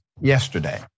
yesterday